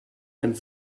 and